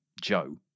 Joe